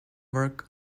work